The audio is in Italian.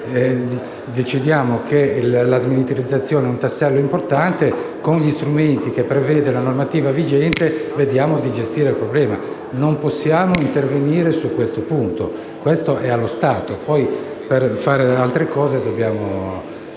se decidiamo che la smilitarizzazione è un tassello importante, con gli strumenti che prevede la normativa vigente cerchiamo di gestire il problema. Non possiamo intervenire su questo punto. Questo è allo stato. Per fare altre cose dobbiamo